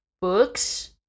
Books